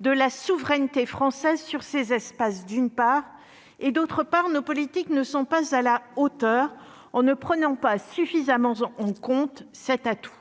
de la souveraineté française sur ces espaces, d'une part et d'autre part, nos politiques ne sont pas à la hauteur, on ne prenant pas suffisamment en compte cet atout